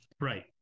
right